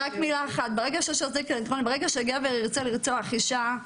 ברגע שגבר ירצה לרצוח אישה,